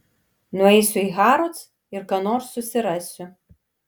nueisiu į harrods ir ką nors susirasiu